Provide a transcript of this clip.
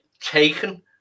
taken